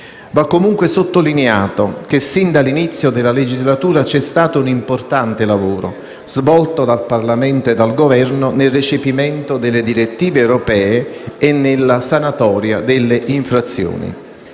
Va comunque sottolineato che, sin dall'inizio della legislatura, c'è stato un importante lavoro svolto dal Parlamento e dal Governo nel recepimento delle direttive europee e nella sanatoria delle infrazioni.